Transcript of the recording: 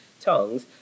tongues